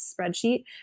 spreadsheet